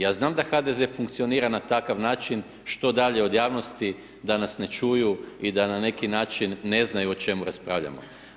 Ja znam da HDZ funkcionira na takav način, što dalje od javnosti, da nas ne čuju i da na neki način ne znaju o čemu raspravljamo.